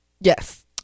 Yes